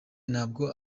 ntabwo